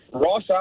Ross